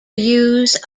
use